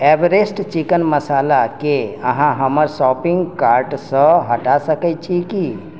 Everest chicken मशालाकेँ अहाँ हमर शॉपिंग कार्टसँ हटा सकैत छी की